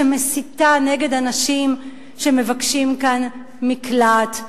שמסיתה נגד אנשים שמבקשים כאן מקלט,